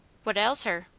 what ails her?